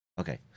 Okay